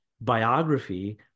biography